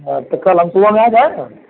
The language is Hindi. त कल हम सुबह में आ जाएँ